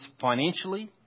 financially